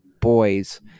boys